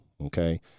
okay